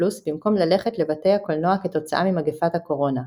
במקום ללכת לבתי הקולנוע כתוצאה ממגפת הקורונה.